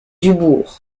dubourg